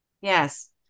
Yes